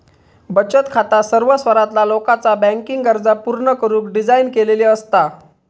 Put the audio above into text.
बचत खाता सर्व स्तरातला लोकाचा बँकिंग गरजा पूर्ण करुक डिझाइन केलेली असता